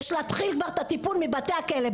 יש להתחיל את הטיפול מבתי הכלא,